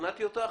שכנעתי אותך?